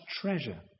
treasure